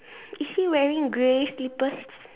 is he wearing grey slippers